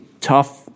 tough